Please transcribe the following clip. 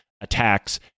attacks